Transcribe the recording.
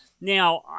Now